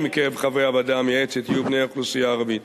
מקרב חברי הוועדה המייעצת יהיו בני האוכלוסייה הערבית.